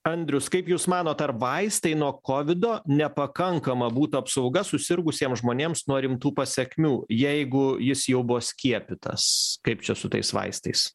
andrius kaip jūs manot ar vaistai nuo kovido nepakankama būtų apsauga susirgusiems žmonėms nuo rimtų pasekmių jeigu jis jau buvo skiepytas kaip čia su tais vaistais